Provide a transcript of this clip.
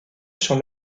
sur